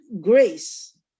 grace